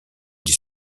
dix